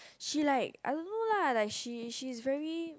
she like I don't know lah like she is she is very